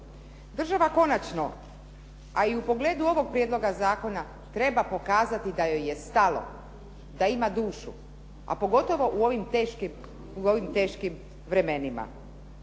Država konačno, a i u pogledu ovog prijedloga zakona treba pokazati da joj je stalo, da ima dušu, a pogotovo u ovim teškim vremenima.